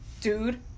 dude